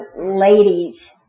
ladies